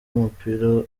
w’umupira